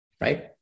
right